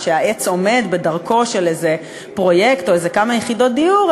או שהעץ עומד בדרכו של איזה פרויקט או איזה כמה יחידות דיור,